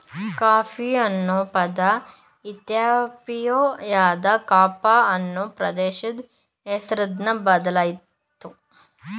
coffee ಅನ್ನೊ ಪದ ಇಥಿಯೋಪಿಯಾದ ಕಾಫ ಅನ್ನೊ ಪ್ರದೇಶದ್ ಹೆಸ್ರಿನ್ದ ಬಂದಯ್ತೆ